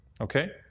Okay